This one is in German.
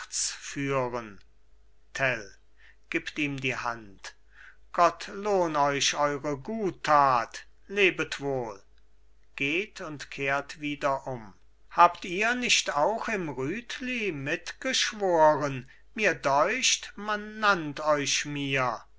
führen tell gibt ihm die hand gott lohn euch eure guttat lebet wohl geht und kehrt wieder um habt ihr nicht auch im rütli mit geschworen mir deucht man nannt euch mir